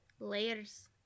Layers